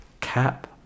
cap